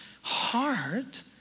heart